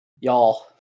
Y'all